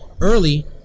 early